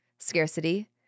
scarcity